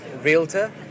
Realtor